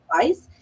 device